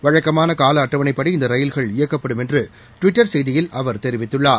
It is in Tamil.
வழக்கமாள கால அட்டவணைப்படி இந்த ரயில்கள் இயக்கப்படும் என்று டுவிட்டர் செய்தியில் அவர் தெரிவித்துள்ளார்